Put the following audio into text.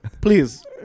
Please